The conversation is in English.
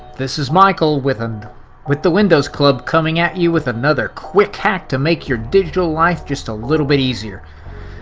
this is michael with and with the windows club coming at you with another quick hack to make your digital life just a little bit easier.